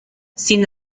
sin